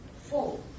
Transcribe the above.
Four